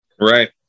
Right